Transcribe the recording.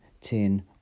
tin